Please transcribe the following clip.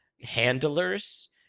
handlers